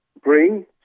green